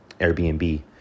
Airbnb